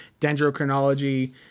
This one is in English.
dendrochronology